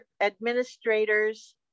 administrators